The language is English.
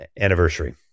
anniversary